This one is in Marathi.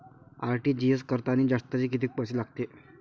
आर.टी.जी.एस करतांनी जास्तचे कितीक पैसे लागते?